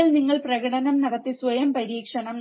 ഒരിക്കൽ നിങ്ങൾ പ്രകടനം നടത്തി സ്വയം പരീക്ഷണം